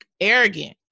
arrogant